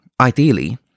Ideally